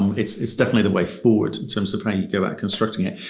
it's it's definitely the way forward in terms of how you go about constructing it.